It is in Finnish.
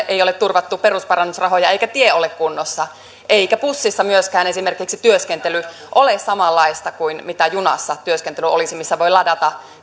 ei ole turvattu perusparannusrahoja eikä tie ole kunnossa ei bussissa myöskään esimerkiksi työskentely ole samanlaista kuin junassa työskentely olisi missä voi ladata